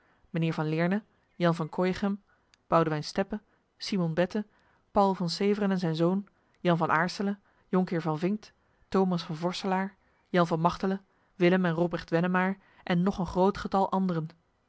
mijnheer van leerne jan van coyeghem boudewyn steppe simon bette pauwel van severen en zijn zoon jan van aarsele jonkheer van vinkt thomas van vorselaar jan van machelen willem en robrecht wennemaar en nog een groot getal anderen